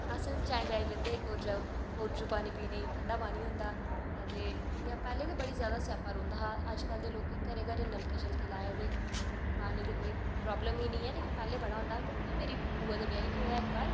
अस चाएं चाएं जंदे हे पानी पीने गी कोरजू पानी होंदा हा ते इयां ते पैह्लें ते बड़ा जादा स्यापा रौंह्दा हा अज्ज कल ते घरें घरें नलके लाए दे पानी दी कोई प्रावलम गै नी ऐ पैह्लें बड़ा होंदा हा ते मेरी बुआ दे ब्याह् गी केह् होआ इक बार